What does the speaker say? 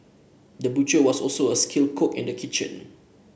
the butcher was also a skilled cook in the kitchen